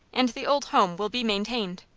and the old home will be maintained.